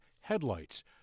headlights